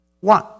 One